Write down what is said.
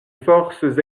forces